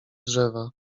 drzewa